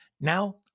Now